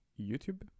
YouTube